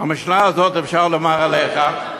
את המשנה הזאת אפשר לומר עליך.